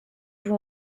vous